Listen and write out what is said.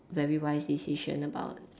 very wise decision about